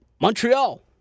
Montreal